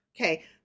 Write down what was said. Okay